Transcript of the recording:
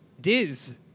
Diz